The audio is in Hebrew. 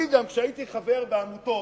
אני, כשהייתי חבר בעמותות,